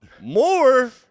more